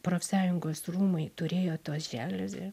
profsąjungos rūmai turėjo tos želiuzė